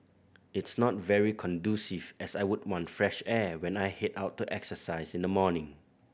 it's not very conducive as I would want fresh air when I head out to exercise in the morning